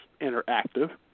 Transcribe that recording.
interactive